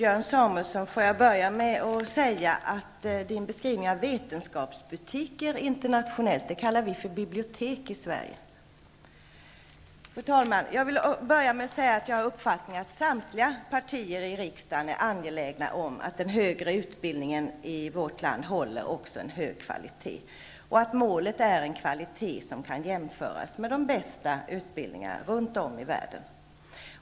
Fru talman! Jag vill med anledning av Björn Samuelsons beskrivning av vad han kallade internationella vetenskapsbutiker säga att dessa här i Sverige kallas för bibliotek. Fru talman! Jag har den uppfattningen att samtliga partier i riksdagen är angelägna om att den högre utbildningen i vårt land är av hög kvalitet och att målet är en kvalitet som kan jämföras med kvaliteten på de bästa utbildningarna runt om i världen.